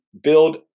build